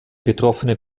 betroffene